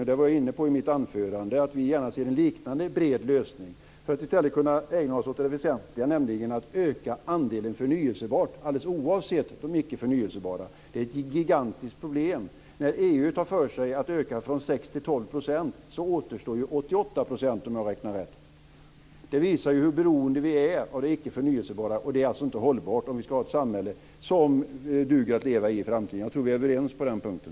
Jag var inne i mitt anförande på att vi gärna ser en liknande bred lösning, för att i stället kunna ägna oss åt det väsentliga, nämligen att öka andelen förnybart alldeles oavsett de icke förnybara. Det är ett gigantiskt problem när EU tar för sig att öka från 6 till 12 %, då återstår 88 % om jag räknar rätt. Det visar hur beroende vi är av det icke förnybara. Det är inte hållbart om vi ska ha ett samhälle som duger att leva i i framtiden. Jag tror att vi är överens på den punkten.